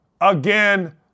again